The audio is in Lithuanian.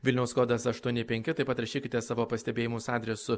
vilniaus kodas aštuoni penki taip pat rašykite savo pastebėjimus adresu